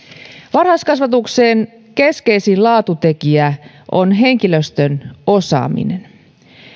varhaiskasvatuksen keskeisin laatutekijä on henkilöstön osaaminen